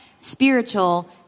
spiritual